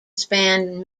span